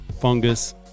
fungus